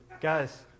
Guys